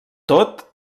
tot